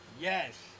yes